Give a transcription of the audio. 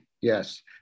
Yes